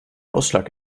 ausschlag